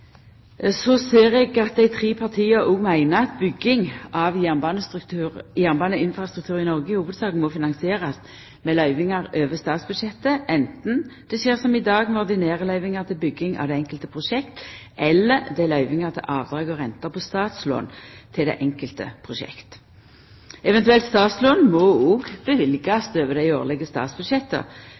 ser eg at dei tre partia òg meiner at bygging av jernbaneinfrastruktur i Noreg i hovudsak må finansierast med løyvingar over statsbudsjettet, anten det skjer, som i dag, med ordinære løyvingar til bygging av det enkelte prosjekt eller løyvingar til avdrag og renter på statslån til det enkelte prosjekt. Eventuelt statslån må òg bli løyvt over det årlege